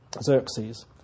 Xerxes